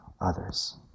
others